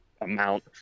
amount